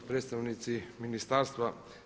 Predstavnici ministarstva.